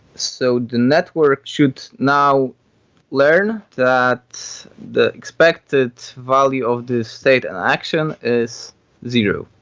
so the network should now learn that the expected value of this state and action is zero.